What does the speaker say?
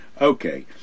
Okay